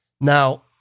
Now